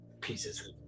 pieces